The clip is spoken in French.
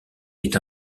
est